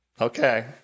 Okay